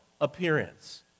appearance